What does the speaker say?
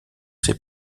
ses